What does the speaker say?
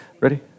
Ready